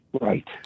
Right